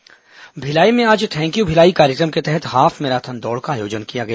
Bhilai marathon Bhilai में आज thank you Bhilai कार्यक्रम के तहत हाफ मैराथन दौड़ का आयोजन किया गया